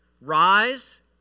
Rise